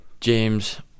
James